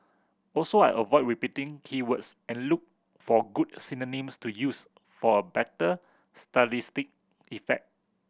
also I avoid repeating key words and look for good synonyms to use for better stylistic effect